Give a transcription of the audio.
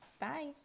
Bye